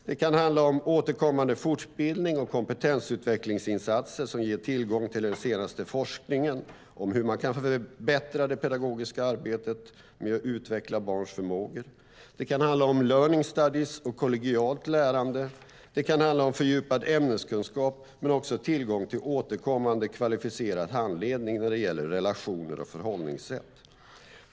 Det kan handla om återkommande fortbildning och kompetensutvecklingsinsatser som ger tillgång till den senaste forskningen om hur man kan förbättra det pedagogiska arbetet med att utveckla barns förmågor. Det kan handla om learning studies och kollegialt lärande. Det kan handla om fördjupad ämneskunskap men också om tillgång till återkommande kvalificerad handledning när det gäller relationer och förhållningssätt.